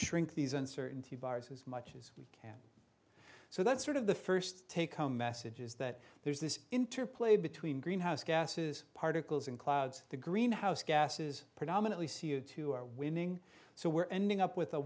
shrink these uncertainty virus as much as we so that's sort of the first take home message is that there's this interplay between greenhouse gases particles and clouds the greenhouse gases predominately c o two are winning so we're ending up with a